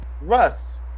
Russ